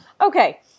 Okay